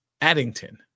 Addington